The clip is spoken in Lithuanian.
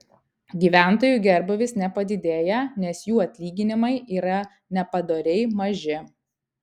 gyventojų gerbūvis nepadidėja nes jų atlyginimai yra nepadoriai maži